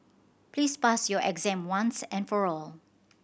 please pass your exam once and for all